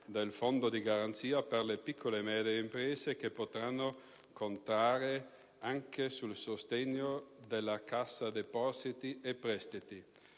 del Fondo di garanzia per le piccole e medie imprese che potranno contare anche sul sostegno della Cassa depositi e prestiti.